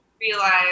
realize